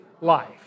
life